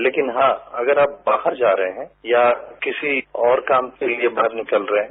लेकिन आप बाहर जा रहे है या किसी और काम के लिए बाहर निकल रहे है